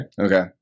Okay